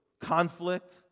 conflict